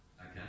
Okay